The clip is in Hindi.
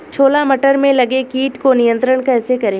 छोला मटर में लगे कीट को नियंत्रण कैसे करें?